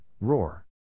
roar